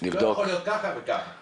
זה לא יכול להיות ככה וככה.